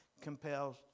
compels